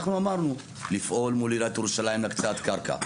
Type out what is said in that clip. אנחנו אמרנו לפעול מול עיריית ירושלים להקצאת קרקע,